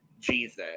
Jesus